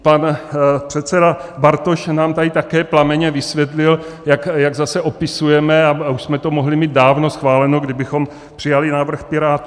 Pan předseda Bartoš nám tady také plamenně vysvětlil, jak zase opisujeme a už jsme to mohli mít dávno schváleno, kdybychom přijali návrh Pirátů.